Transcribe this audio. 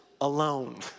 alone